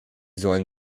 sollen